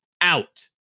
out